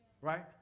right